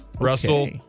Russell